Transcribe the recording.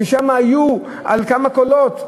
כי שם היו על כמה קולות.